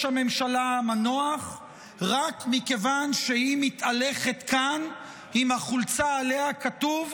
הממשלה המנוח רק מכיוון שהיא מתהלכת כאן עם החולצה שעליה כתוב: